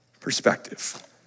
perspective